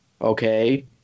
okay